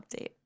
update